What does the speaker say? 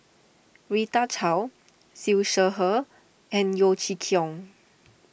Rita Chao Siew Shaw Her and Yeo Chee Kiong